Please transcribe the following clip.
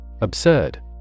Absurd